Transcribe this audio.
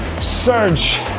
surge